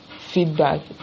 feedback